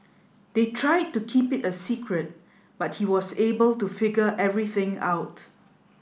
they tried to keep it a secret but he was able to figure everything out